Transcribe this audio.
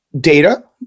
data